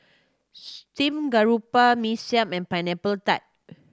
steamed garoupa Mee Siam and Pineapple Tart